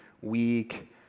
weak